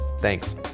Thanks